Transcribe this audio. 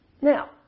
Now